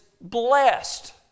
blessed